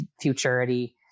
futurity